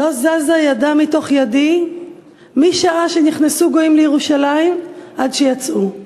"לא זזה ידה מתוך ידי משעה שנכנסו גויים לירושלים עד שיצאו".